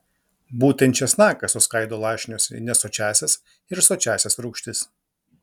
būtent česnakas suskaido lašinius į nesočiąsias ir sočiąsias rūgštis